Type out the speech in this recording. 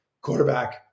quarterback